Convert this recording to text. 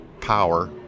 power